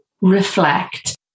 reflect